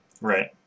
Right